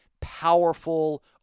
powerful